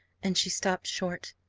and she stopped short.